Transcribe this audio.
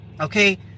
Okay